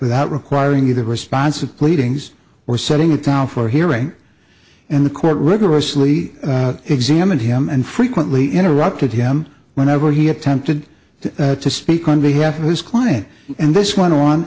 without requiring the response of pleadings or setting it down for hearing and the court rigorously examined him and frequently interrupted him whenever he attempted to speak on behalf of his client and this went on